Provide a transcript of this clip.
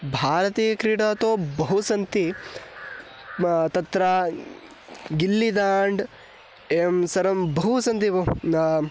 भारतीय क्रीडा तु बहु सन्ति म तत्र गिल्लिदाण्ड् एवं सर्वं बहु सन्ति भोः